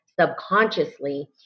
subconsciously